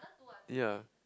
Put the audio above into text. ya